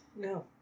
No